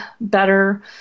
better